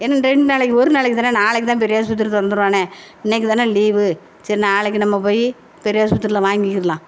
ஏன்னால் ரெண்டு நாளைக்கு ஒரு நாளைக்கு தானே நாளைக்கு தான் பெரியாஸ்பத்திரி திறந்துருவான்னே இன்றைக்கு தானே லீவு சரி நாளைக்கு நம்ம போய் பெரியாஸ்பத்திரியில் வாங்கிக்கிடலாம்